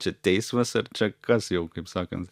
čia teismas ar čia kas jau kaip sakant